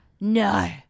No